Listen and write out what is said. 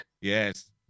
Yes